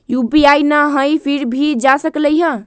UPI न हई फिर भी जा सकलई ह?